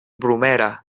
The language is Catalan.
bromera